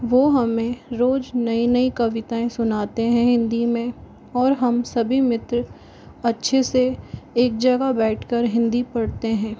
वो हमें रोज़ नई नई कविताएँ सुनाते हैं हिंदी में और हम सभी मित्र अच्छे से एक जगह बैठकर हिंदी पढ़ते हैं